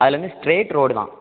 அதுலேருந்து straight road தான்